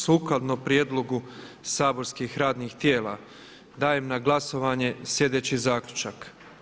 Sukladno prijedlogu saborskih radnih tijela dajem na glasovanje sljedeći zaključak.